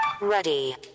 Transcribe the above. Ready